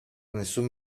nessun